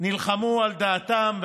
נלחמו על דעתם.